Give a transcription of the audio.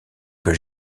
que